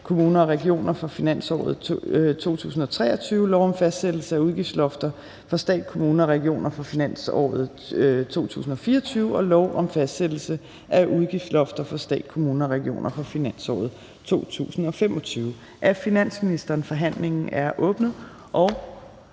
kommuner og regioner for finansåret 2023, lov om fastsættelse af udgiftslofter for stat, kommuner og regioner for finansåret 2024 og lov om fastsættelse af udgiftslofter for stat, kommuner og regioner for finansåret 2025. (Ændring af udgiftslofter som